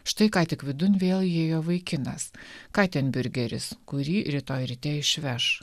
štai ką tik vidun vėl įėjo vaikinas ką ten biurgeris kurį rytoj ryte išveš